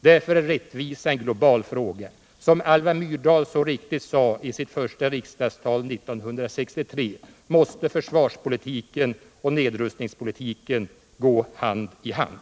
Därför är rättvisa en global fråga. Som Alva Myrdal så riktigt sade i sitt första riksdagstal 1963 måste försvarspolitiken och nedrustningspolitiken gå hand i hand.